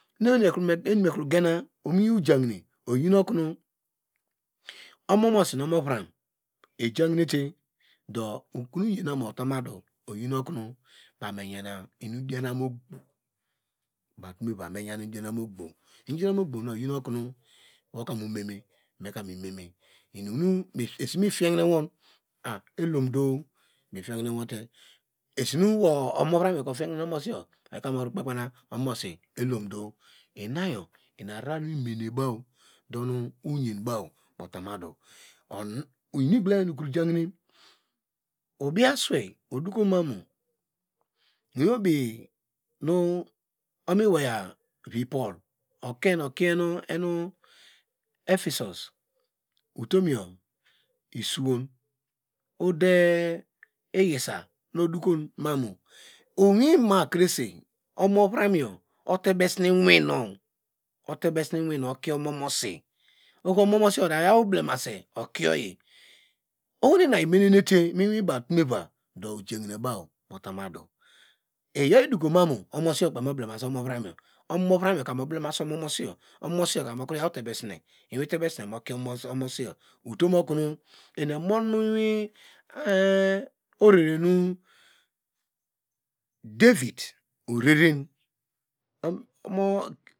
Mina nu enimekro yena mu iwin gehine oyinu okonu omomosi nu omovram ejahini te dokonu oyen movo tumu adu oyinu kuwo baw meyana enu dianam ogbo baw utume vi miyan enudian nam ogbo, enu dianam ogbo nu oyinu kono yoka mu meme meka mememe, esinu mitihine woka elomdo mifihine wote esinuwo omovram yoka ofihinete omomosiyo oyika mukpe kpenu omomosi elomdo inayo ina vava nu miniene baw jonu oyin baw mutumu ado inum nu igboma hine nukro jahine obiaswei odokomamu, muwi obinu omoiwaya vi paul oken kienu enu ephisus utuyo suwon, ude yisa nu dokomu mamu iwima krese omovram yo otebesine iwino okie omomosi oho omomosiyo odeyaw ublemase okiye oyi ohonu inu imenenete muwin baw atumevi do jahine baw mutamuadu, iyo, dokomamu omomosiyo kpei moblemase omovram yor, omovran yoka moblemase omomosiyo, oho momosiyoka miya iwin teve sine mokioyi utom okonu mimon miwi orerenu david orere.